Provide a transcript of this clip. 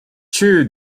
two